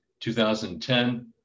2010